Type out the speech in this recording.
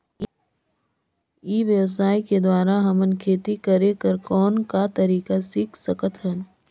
ई व्यवसाय के द्वारा हमन खेती करे कर कौन का तरीका सीख सकत हन?